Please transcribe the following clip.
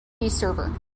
server